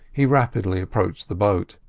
he rapidly approached the boat.